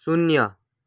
शून्य